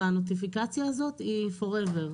והנוטיפיקציה הזאת היא Forever.